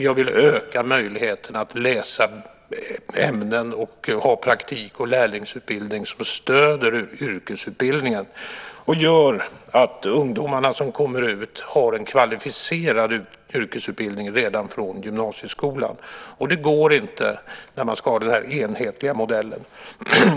Jag vill öka möjligheterna att läsa ämnen, ha praktik och lärlingsutbildning som stöder yrkesutbildningen och göra så att ungdomarna som kommer ut har en kvalificerad yrkesutbildning redan från gymnasieskolan. Det går inte när man ska ha den enhetliga modellen.